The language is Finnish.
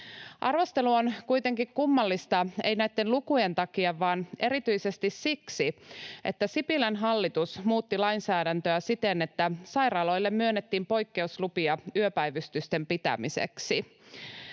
Arvostelu on kuitenkin kummallista ei näitten lukujen takia vaan erityisesti siksi, että Sipilän hallitus muutti lainsäädäntöä siten, että sairaaloille myönnettiin poikkeuslupia yöpäivystysten pitämiseksi.